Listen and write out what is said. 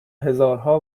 هزارها